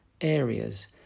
areas